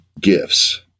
gifts